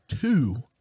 two